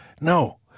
No